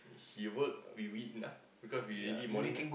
he work we win ah because we already morning ah